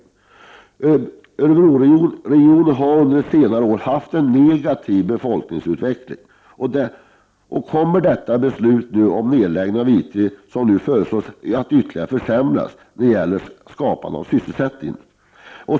För Örebroregionen som under senare år har haft en negativ befolkningsutveckling kommer ett beslut om nedläggning av I 3 att ytterligare försämra möjligheterna att skapa sysselsättning.